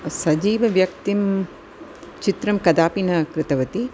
सजीवव्यक्तिचित्रं कदापि न कृतवती